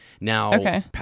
Now